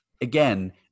again